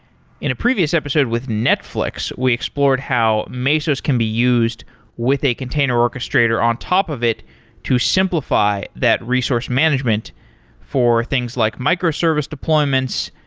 in a previous episode with netflix, we explored how mesos can be used with a container orchestrator on top of it to simplify that resource management for things, like microservice deployments,